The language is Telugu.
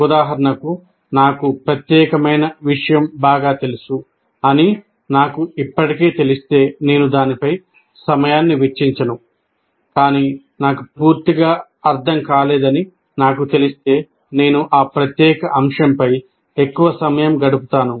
ఉదాహరణకు నాకు ప్రత్యేకమైన విషయం బాగా తెలుసు అని నాకు ఇప్పటికే తెలిస్తే నేను దానిపై సమయాన్ని వెచ్చించను కానీ నాకు పూర్తిగా అర్థం కాలేదని నాకు తెలిస్తే నేను ఆ ప్రత్యేక అంశంపై ఎక్కువ సమయం గడుపుతాను